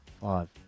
Five